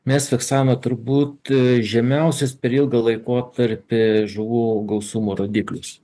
mes fiksavome turbūt žemiausias per ilgą laikotarpį žuvų gausumo rodiklius